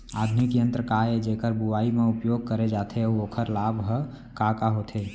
आधुनिक यंत्र का ए जेकर बुवाई म उपयोग करे जाथे अऊ ओखर लाभ ह का का होथे?